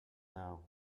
now